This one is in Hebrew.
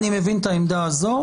אני מבין את העמדה הזו.